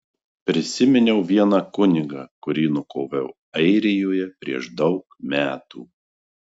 prisiminiau vieną kunigą kurį nukoviau airijoje prieš daug metų